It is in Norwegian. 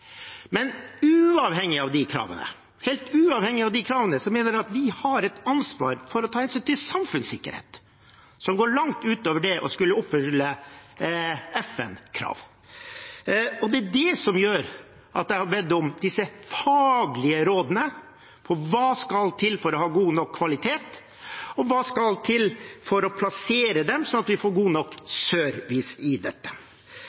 men de stiller krav til kvalitet som jeg synes det er naturlig å følge, ellers risikerer vi at norske pass ikke blir gyldige. Helt uavhengig av de kravene mener jeg at vi har et ansvar for å ta hensyn til samfunnssikkerhet, som går langt utover det å skulle oppfølge FN-krav. Det er det som gjør at jeg har bedt om disse faglige rådene om hva som skal til for å ha god nok faglig kvalitet, og hva som skal til for å plassere dem